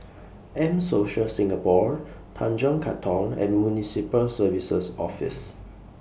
M Social Singapore Tanjong Katong and Municipal Services Office